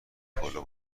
پلو